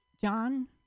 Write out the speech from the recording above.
John